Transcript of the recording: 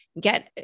get